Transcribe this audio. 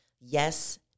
Yes